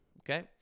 okay